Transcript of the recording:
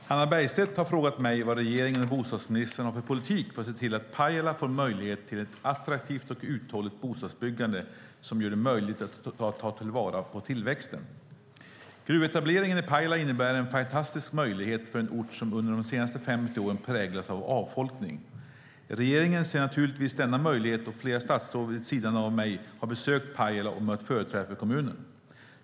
Fru talman! Hannah Bergstedt har frågat mig vad regeringen och bostadsministern har för politik för att se till att Pajala får möjlighet till ett attraktivt och uthålligt bostadsbyggande som gör det möjligt att ta till vara tillväxten. Gruvetableringen i Pajala innebär en fantastisk möjlighet för en ort som under de senaste 50 åren präglats av avfolkning. Regeringen ser naturligtvis denna möjlighet, och flera statsråd vid sidan av mig har besökt Pajala och mött företrädare för kommunen.